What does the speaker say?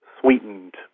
sweetened